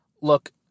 Look